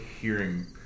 hearing